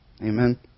Amen